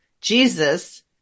Jesus